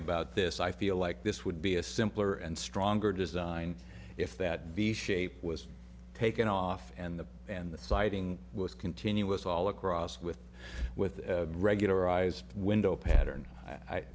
about this i feel like this would be a simpler and stronger design if that be shape was taken off and the and the siding was continuous all across with with regularized window pattern i